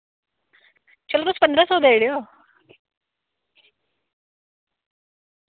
चलो तुस पंदरां सौ देई ओड़ेओ